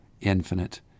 infinite